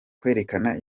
kwerekana